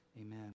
Amen